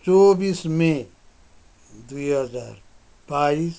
चौबिस मे दुई हजार बाइस